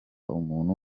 umuntu